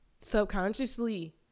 subconsciously